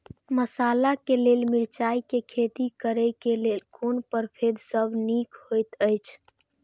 मसाला के लेल मिरचाई के खेती करे क लेल कोन परभेद सब निक होयत अछि?